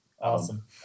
Awesome